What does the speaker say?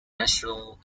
national